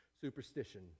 Superstition